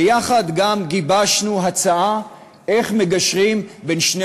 ויחד גיבשנו הצעה איך מגשרים בין שני